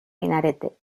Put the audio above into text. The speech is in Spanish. minarete